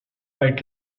fight